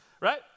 right